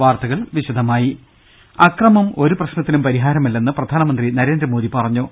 വാർത്തകൾ വിശദമായി അക്രമം ഒരു പ്രശ്നത്തിനും പരിഹാരമല്ലെന്ന് പ്രധാനമന്ത്രി നരേന്ദ്രമോദി പറഞ്ഞു